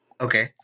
okay